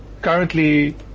Currently